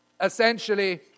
essentially